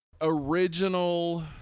original